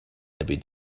every